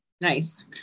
Nice